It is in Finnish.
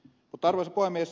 arvoisa puhemies